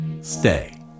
stay